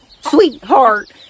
Sweetheart